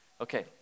Okay